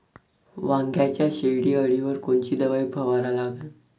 वांग्याच्या शेंडी अळीवर कोनची दवाई फवारा लागन?